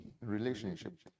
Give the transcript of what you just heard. relationship